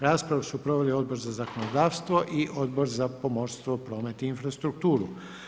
Raspravu su proveli Odbor za zakonodavstvo i Odbor za pomorstvo, promet i infrastrukturu.